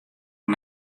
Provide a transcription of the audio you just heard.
oan